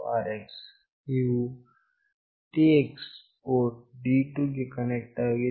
TX ವು port D2 ಗೆ connect ಆಗಿದೆ